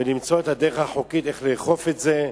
למצוא את הדרך החוקית איך לאכוף את זה,